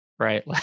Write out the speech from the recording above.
right